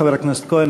חבר הכנסת כהן,